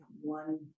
one